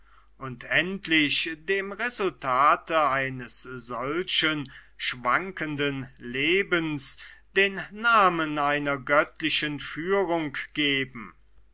und endlich dem resultate eines solchen schwankenden lebens den namen einer göttlichen führung geben